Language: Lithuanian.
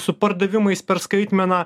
su pardavimais per skaitmeną